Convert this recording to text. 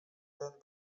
ten